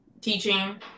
teaching